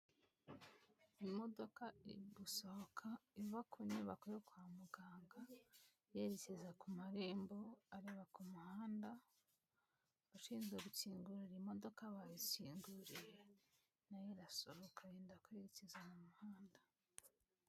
Imodoka iri gusohoka iva ku nyubako yo kwa muganga yerekeza ku marembo areba ku muhanda, abashinzwe gukingurira imodoka bayikinguriye na yo irasohoka yenda kwerekeza mu muhanda.